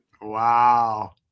Wow